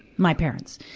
my parents.